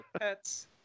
Pets